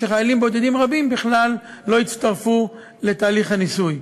חיילים בודדים רבים בכלל לא הצטרפו לתהליך הניסוי.